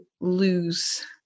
lose